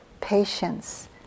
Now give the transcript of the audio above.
patience